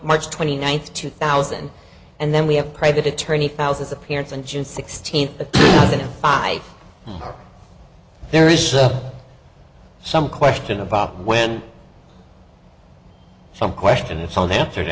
march twenty ninth two thousand and then we have private attorney thousands appearance on june sixteenth five there is some question about when some question its own answer